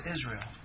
Israel